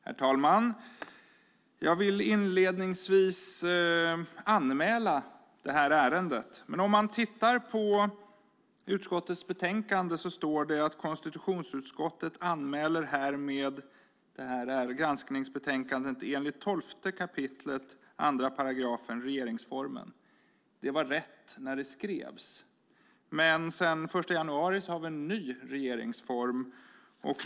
Herr talman! Jag vill inledningsvis anmäla detta ärende. Om man tittar i utskottets betänkande står det: konstitutionsutskottet anmäler härmed detta granskningsbetänkande enligt 12 kap. 2 § regeringsformen. Det var rätt när det skrevs, men sedan den 1 januari har vi en ny regeringsform.